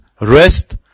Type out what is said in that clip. Rest